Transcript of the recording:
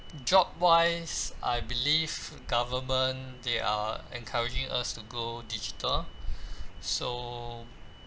job wise I believe government they are encouraging us to go digital so